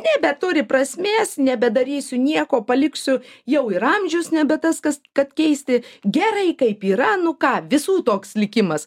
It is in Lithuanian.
nebeturi prasmės nebedarysiu nieko paliksiu jau ir amžius nebe tas kas kad keisti gerai kaip yra nu ką visų toks likimas